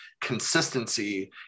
consistency